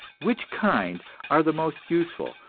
which kind are the most useful,